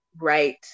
Right